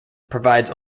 provides